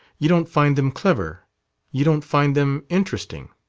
you don't find them clever you don't find them interesting.